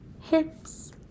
hips